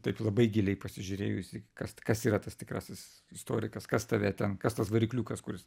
taip labai giliai pasižiūrėjus į kas kas yra tas tikrasis istorikas kas tave ten kas tas varikliukas kuris